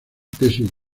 tesis